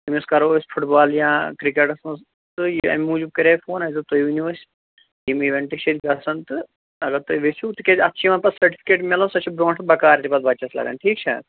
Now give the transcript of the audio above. تٔمِس کَرو أسۍ فُٹ بال یا کِرکَٹَس منٛز تہٕ یہِ اَمہِ موٗجوٗب کَرے فون اَسہِ دوٚپ تُہۍ ؤنِو أسۍ یِم اِوینٛٹہٕ چھِ أسۍ گژھن تہٕ اگر تُہۍ ٮ۪ژھِو تِکیٛازِ اَتھ چھِ یِوَان پَتہٕ سٔٹِفِکیٹ مِلان سۄ چھِ برونٛٹھ بَکار تہِ پَتہٕ بَچَس لگان ٹھیٖک چھا